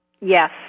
Yes